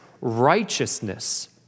righteousness